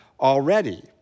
already